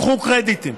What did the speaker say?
קחו קרדיטים.